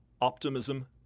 optimism